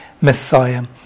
Messiah